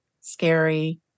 scary